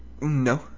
No